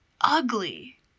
ugly